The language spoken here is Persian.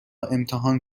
امتحان